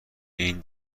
این